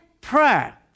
prayer